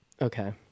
Okay